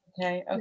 okay